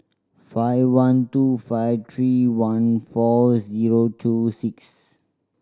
five one two five three one four zero two six